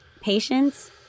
patience